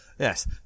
Yes